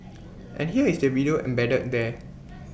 and here is the video embedded there